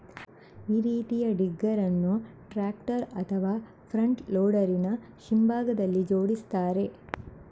ಈ ರೀತಿಯ ಡಿಗ್ಗರ್ ಅನ್ನು ಟ್ರಾಕ್ಟರ್ ಅಥವಾ ಫ್ರಂಟ್ ಲೋಡರಿನ ಹಿಂಭಾಗದಲ್ಲಿ ಜೋಡಿಸ್ತಾರೆ